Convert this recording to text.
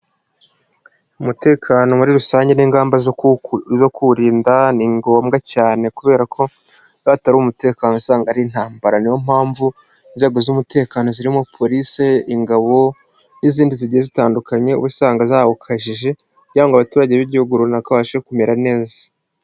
Umutekano muri rusange n'ingamba kuwunda, ni ngombwa cyane kubera ko iyo hatari umutekano usanga ari intambara, niyo mpamvu inzego z'umutekano zirimo polici, ingabo n'izindi zigiye zitandukanye usanga zawukajije, kugira ngo abaturage b'igihugu runaka babashe kumera neza.